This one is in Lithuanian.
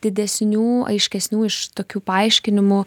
didesnių aiškesnių iš tokių paaiškinimų